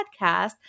podcast